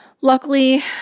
Luckily